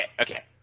okay